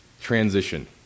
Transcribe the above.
transition